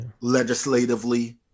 legislatively